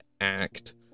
act